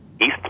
East